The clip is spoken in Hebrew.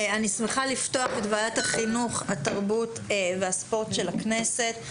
אני שמחה לפתוח את ישיבת ועדת החינוך התרבות והספורט של הכנסת.